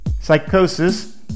Psychosis